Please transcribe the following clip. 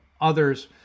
others